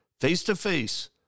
face-to-face